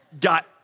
Got